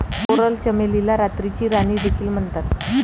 coral चमेलीला रात्रीची राणी देखील म्हणतात